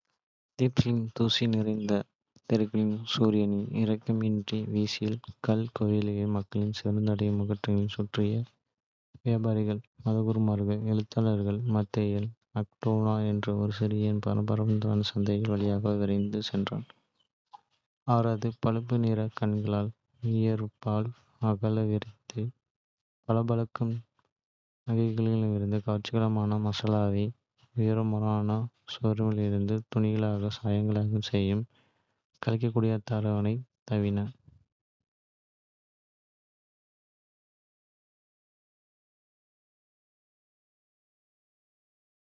தீப்ஸின் தூசி நிறைந்த தெருக்களில் சூரியன் இரக்கமின்றி வீசி, கல் கோயில்களையும் மக்களின் சோர்வுற்ற முகங்களையும் சுட்டது. வியாபாரிகள், மதகுருமார்கள், எழுத்தாளர்கள் மத்தியில், அகனேட்டன் என்ற. ஒரு சிறுவன் பரபரப்பான சந்தை வழியாக விரைந்து சென்றான். அவரது பழுப்பு நிறக் கண்கள் வியப்பால் அகல விரிந்து, பளபளக்கும் நகைகளிலிருந்து கவர்ச்சியான மசாலைகள், உயிரோட்டமான சுவரோவியங்கள். துணிச்சலான சாகசங்களைச் செய்யும் கழைக்கூத்தாடிகள் வரை தாவின.